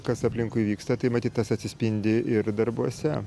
kas aplinkui vyksta tai matyt tas atsispindi ir darbuose